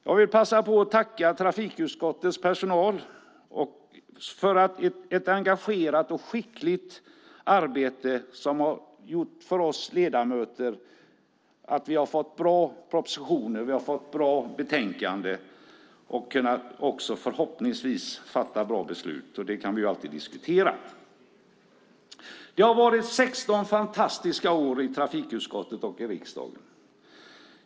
Jag vill passa på att tacka trafikutskottets personal för ett engagerat och skickligt arbete som har gjort att vi ledamöter har fått bra propositioner och bra betänkanden och därmed förhoppningsvis har kunnat fatta bra beslut. Det kan vi alltid diskutera. Jag har varit 16 fantastiska år i trafikutskottet och riksdagen.